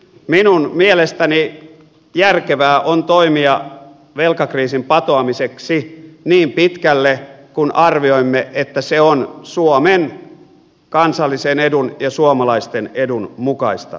minun mielestäni järkevää on toimia velkakriisin patoamiseksi niin pitkälle kuin arvioimme että se on suomen kansallisen edun ja suomalaisten edun mukaista